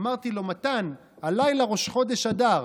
אמרתי לו: מתן, הלילה ראש חודש אדר.